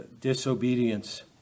disobedience